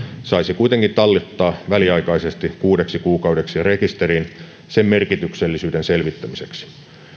saisi kuitenkin tallettaa väliaikaisesti kuudeksi kuukaudeksi rekisteriin sen merkityksellisyyden selvittämiseksi